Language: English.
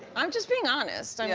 i'm just being honest. yeah.